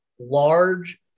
Large